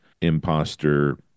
imposter